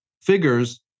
figures